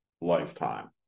lifetime